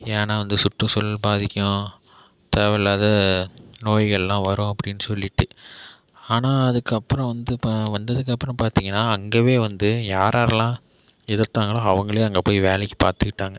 ஏன்னால் வந்து சுற்றுச்சூழல் பாதிக்கும் தேவையில்லாத நோய்கள்லாம் வரும் அப்படின்னு சொல்லிட்டு ஆனால் அதுக்கப்புறம் வந்து இப்போ வந்ததுக்கப்புறம் பார்த்தீங்கன்னா அங்கயே வந்து யார் யார்லாம் எதிர்த்தாங்களோ அவர்களே அங்கே போய் வேலைக்கு பார்த்துக்கிட்டாங்க